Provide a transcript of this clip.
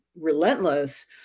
relentless